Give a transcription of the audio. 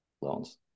loans